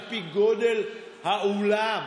על פי גודל האולם.